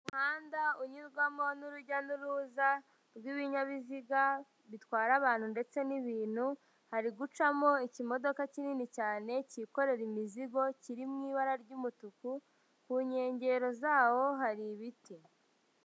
Umuhanda unyurwamo n'urujya n'uruza rw'ibinyabiziga bitwara abantu ndetse n'ibintu, hari gucamo ikimodoka kinini cyane cyikorera imizigo, kiri mu ibara ry'umutuku, ku nkengero zawo hari ibiti.